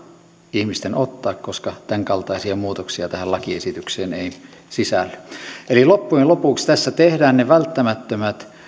ihmisten ottaa koska tämänkaltaisia muutoksia tähän lakiesitykseen ei sisälly loppujen lopuksi tässä tehdään ne välttämättömät